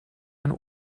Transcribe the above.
ein